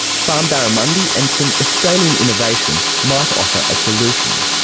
farmed barramundi and some australian innovation might offer a solution.